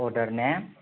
अर्दार ने